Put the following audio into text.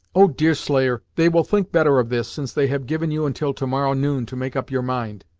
oh! deerslayer, they will think better of this, since they have given you until to-morrow noon to make up your mind!